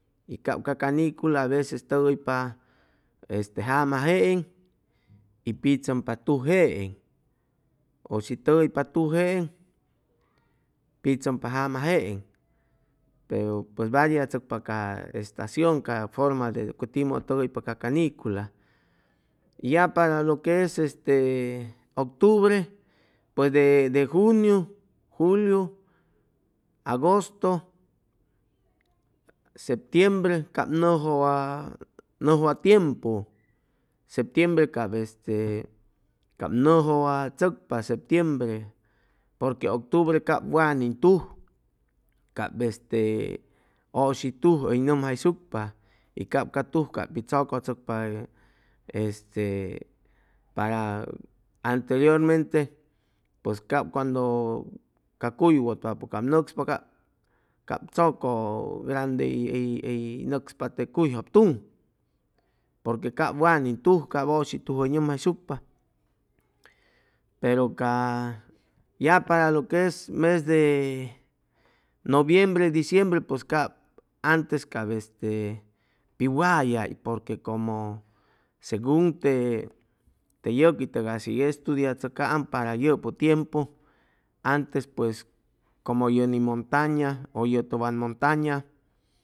Y cap ca canicula aveces tʉgʉypa este jama jeeŋ y pitzʉmpa tuj jeeŋ ʉ shi tʉgʉypa tuj jeeŋ pitzʉmpa jama jeeŋ pero pues variachʉcpa ca estacion ca forma de que timʉdʉ tʉgʉypa ca canicula y ya para lo que es este octubre pues de de juniu, juliu, agosto, septiembre cap nʉʉ jʉwa tiempu, septiembre cap este nʉʉ jʉwa tzʉcpa septiembre porque octubre cap wanin tuj cap este ʉshi tuj hʉy nʉmjayshucpa y cap ca tuj cap pi chʉcʉ tzʉcpa este para anteriormente pʉs cap cuando ca cuy wʉtpapʉ cap nʉcspa cap cap chʉcʉ grande hʉy hʉy hʉy nʉcspa te cuyjʉb tuŋ porque cap wanin tuj cap ʉshi tuj hʉy nʉmjayshucpa pero ca ya para lo que es mes de noviembre, diciembre pues cap antes cap este pi wayay porque como segun te yʉqui tʉgas hʉy estudichʉcaam para yʉpʉ tiempu antes pues como ye ni montaña ʉ ye tʉwan montaña